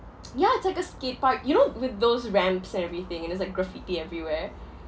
ya it's like the skate park you know with those ramps and everything and there's like graffiti everywhere